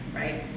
right